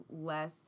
less